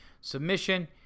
submission